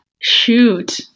Shoot